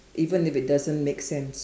even if it doesn't make sense